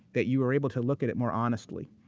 that you are able to look at it more honestly.